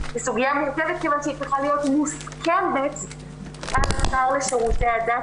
היא סוגיה מורכבת כיוון שהיא צריכה להיות מוסכמת על השר לשירותי הדת,